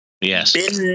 Yes